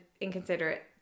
inconsiderate